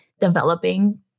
developing